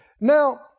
Now